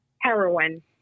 heroin